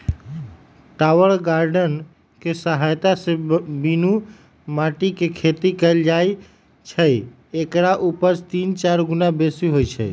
tower garden कें सहायत से बीनु माटीके खेती कएल जाइ छइ एकर उपज तीन चार गुन्ना बेशी होइ छइ